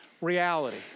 reality